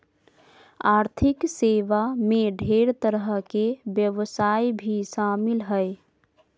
आर्थिक सेवा मे ढेर तरह के व्यवसाय भी शामिल हय